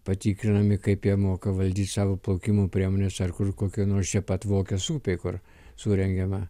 patikrinami kaip jie moka valdyt savo plaukimo priemones ar kur kokio nors čia pat vokės upėj kur surengiama